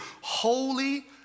Holy